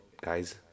guys